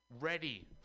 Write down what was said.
ready